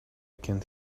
can